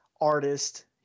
artist